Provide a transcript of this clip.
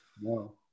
No